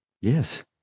Yes